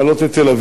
ישמרו עליהם,